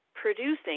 producing